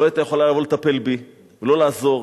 לא היתה יכולה לבוא לטפל בי, לא לעזור.